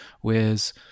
whereas